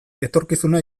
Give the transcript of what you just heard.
etorkizuna